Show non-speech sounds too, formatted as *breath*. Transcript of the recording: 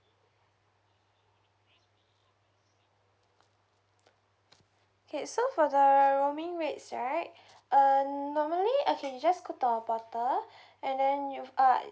K so for the roaming rates right uh normally okay you just click to our portal *breath* and then you'll~ uh